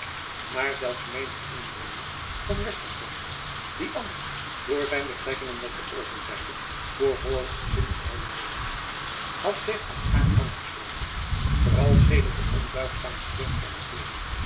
maar zelfs menig inwoner van westergoo dat anders door zijn betrekkingen met de overzijde voor hollandschgezind gehouden werd had zich aan haar aangesloten vooral sedert de onbuigzame seerp van adeelen